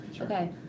okay